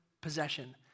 possession